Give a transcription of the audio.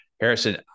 Harrison